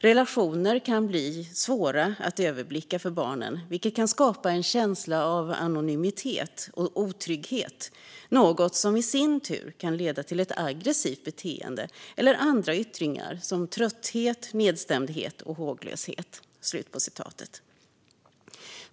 Relationer kan bli svåra att överblicka för barnen, vilket kan skapa en känsla av anonymitet och otrygghet, något som i sin tur kan leda till ett aggressivt beteende eller andra yttringar såsom trötthet, nedstämdhet och håglöshet.